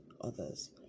others